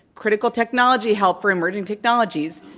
critical technology help for emerg ing technologies,